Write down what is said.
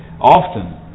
often